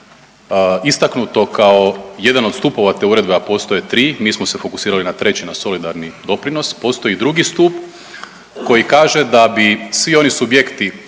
istaknuto kao jedno od stupova te uredbe, a postoje 3, mi smo se fokusirali na 3., na solidarni doprinos, postoji drugi stup koji kaže da bi svi oni subjekti